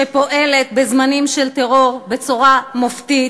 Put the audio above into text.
שפועלת בזמנים של טרור בצורה מופתית,